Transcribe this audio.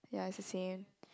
ya it's the same